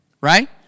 right